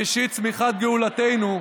ראשית צמיחת גאולתנו,